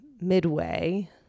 midway